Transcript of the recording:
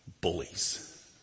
bullies